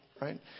Right